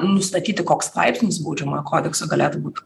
nustatyti koks straipsnis baudžiamojo kodekso galėtų būt